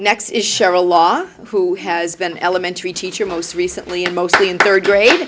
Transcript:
next is cheryl law who has been an elementary teacher most recently and mostly in third grade